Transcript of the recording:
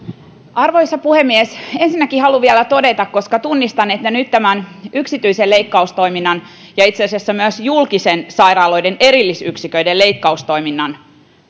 arvoisa puhemies ensinnäkin haluan vielä todeta koska tunnistan että nyt yksityisen leikkaustoiminnan ja itse asiassa myös julkisen sairaaloiden erillisyksiköiden leikkaustoiminnan